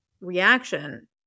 reaction